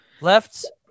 left